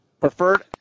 Preferred